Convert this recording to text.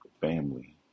family